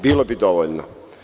Bilo bi dovoljno.